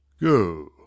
Go